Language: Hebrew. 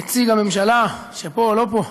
נציג הממשלה, שפה או לא פה,